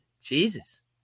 Jesus